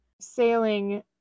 sailing